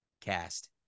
cast